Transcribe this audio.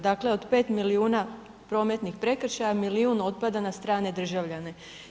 Dakle od 5 milijuna prometnih prekršaja milijun otpada na strane državljane.